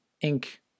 ink